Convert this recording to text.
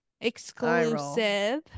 Exclusive